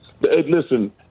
Listen